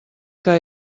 que